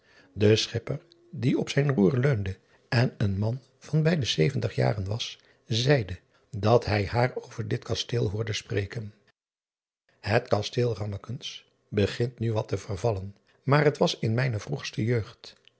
e chipper die op zijn roer leunde en een man van bij de zeventig jaren was zeide daar hij haar over dit kasteel hoorde spreken et kasteel ammekens begint nu wat te vervallen maar het was in mijne vroegste jeugd